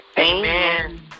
Amen